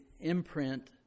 imprint